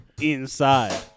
inside